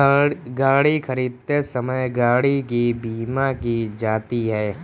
गाड़ी खरीदते समय गाड़ी की बीमा की जाती है